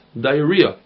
diarrhea